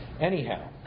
Anyhow